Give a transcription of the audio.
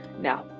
Now